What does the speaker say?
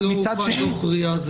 מצד שני --- מה זאת אומרת דו"ח RIA?